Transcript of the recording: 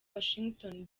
washington